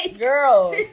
girl